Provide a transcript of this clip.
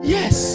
Yes